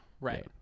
right